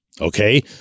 Okay